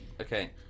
Okay